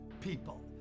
people